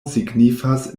signifas